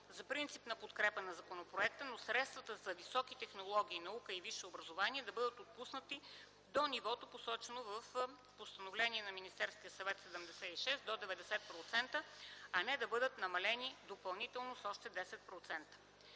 за принципна подкрепа на законопроекта, но средствата за високи технологии, наука и висше образование да бъдат отпуснати до нивото, посочено в Постановление на Министерския съвет № 76 до 90 %, а не да бъдат намалени допълнително с още 10 %.